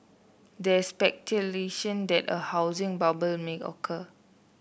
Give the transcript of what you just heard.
there is speculation that a housing bubble may occur